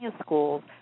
schools